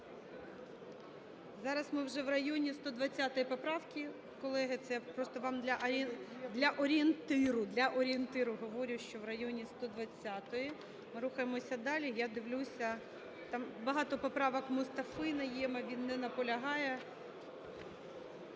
Зараз ми вже в районі 120 поправки, колеги. Це просто вам для орієнтиру говорю, для орієнтиру говорю, що в районі 120-ї. Ми рухаємося далі, я дивлюся, там багато поправок Мустафи Найєма, він не наполягає.